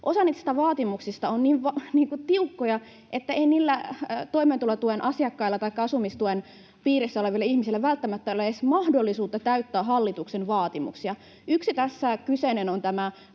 Osa niistä vaatimuksista on niin tiukkoja, että ei niillä toimeentulotuen asiakkailla taikka asumistuen piirissä olevilla ihmisillä välttämättä ole edes mahdollisuutta täyttää hallituksen vaatimuksia. Yksi on toimeentulotuen